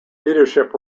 leadership